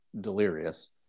delirious